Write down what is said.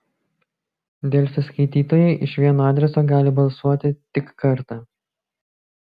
delfi skaitytojai iš vieno adreso gali balsuoti tik kartą